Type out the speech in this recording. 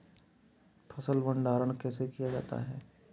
फ़सल भंडारण कैसे किया जाता है?